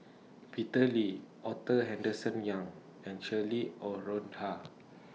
Peter Lee Arthur Henderson Young and Cheryl Noronha